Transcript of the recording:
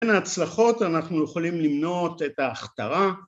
בין ההצלחות אנחנו יכולים למנות את ההכתרה.